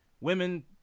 women